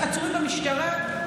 עצורים במשטרה.